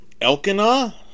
Elkanah